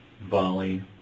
volley